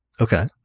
Okay